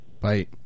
Bye